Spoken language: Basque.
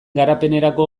garapenerako